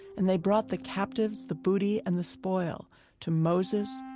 and they brought the captives, the booty, and the spoil to moses,